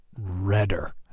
redder